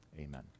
Amen